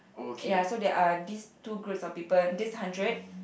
ya so there are these two groups of people these hundred